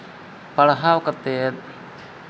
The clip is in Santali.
ᱯᱟᱲᱦᱟᱣ ᱠᱟᱛᱮᱫ